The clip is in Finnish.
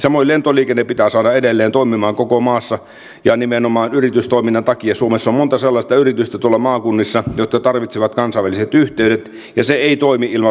samoin lentoliikenne pitää saada edelleen toimimaan koko maassa ja nimenomaan yritystoiminnan takia suomessa on tuolla maakunnissa monta sellaista yritystä jotka tarvitsevat kansainväliset yhteydet ja ne eivät toimi ilman lentoyhteyksiä